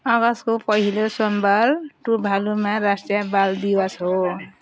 अगस्तको पहिलो सोमबार टुभालुमा राष्ट्रिय बालदिवस हो